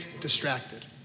distracted